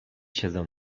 siedzę